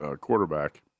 quarterback